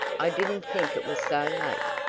i didn't think it was so late.